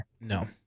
No